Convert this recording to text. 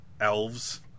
elves